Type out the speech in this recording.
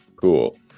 Cool